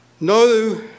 no